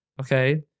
Okay